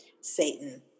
Satan